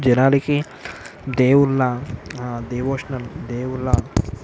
జనానికి దేవుళ్ళ డివోషనల్ దేవుళ్ళ